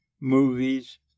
movies